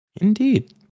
Indeed